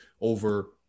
over